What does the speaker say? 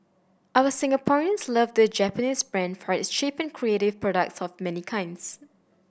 our Singaporeans love the Japanese brand for its cheap and creative products of many kinds